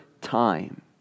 time